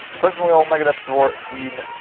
personally owned megadeth tour dean.